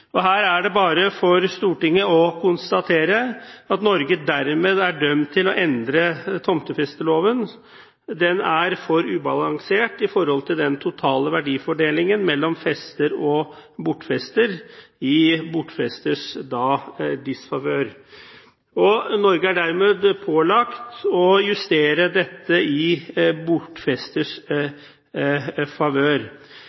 Her er det bare for Stortinget å konstatere at Norge dermed er dømt til å endre tomtefesteloven. Den er for ubalansert når det gjelder den totale verdifordelingen mellom fester og bortfester i bortfesters disfavør. Norge er dermed pålagt å justere dette i bortfesters